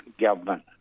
government